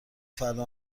فردا